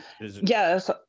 yes